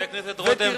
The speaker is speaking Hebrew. חבר הכנסת רותם,